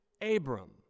Abram